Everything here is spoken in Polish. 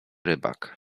rybak